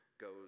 goes